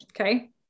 Okay